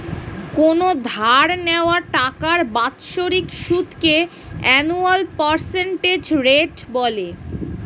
কোনো ধার নেওয়া টাকার বাৎসরিক সুদকে অ্যানুয়াল পার্সেন্টেজ রেট বলে